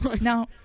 No